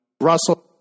Russell